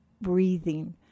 breathing